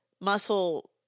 muscle